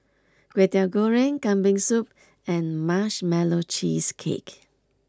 Kway Teow Goreng Kambing Soup and Marshmallow Cheesecake